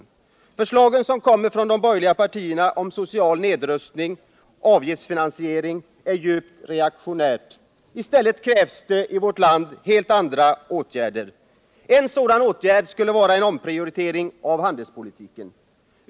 De förslag som kommer från de borgerliga partierna om social nedrustning och avgiftsfinansiering är djupt reaktionära. I stället krävs det i vårt land helt andra åtgärder. En sådan åtgärd skulle vara en omorientering av handelspolitiken.